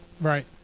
Right